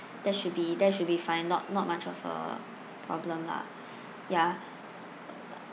that should be that should be fine not not much of a problem lah ya